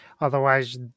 Otherwise